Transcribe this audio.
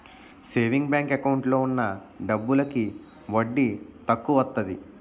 saving bank account లో ఉన్న డబ్బులకి వడ్డీ తక్కువత్తాది